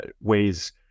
ways